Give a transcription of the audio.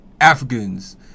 Africans